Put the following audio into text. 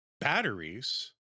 batteries